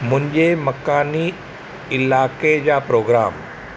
मुंहिंजे मकानी इलाइके जा प्रोग्राम